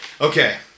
Okay